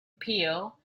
peel